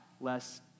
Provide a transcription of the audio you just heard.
less